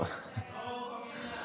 לא, הוא בבניין.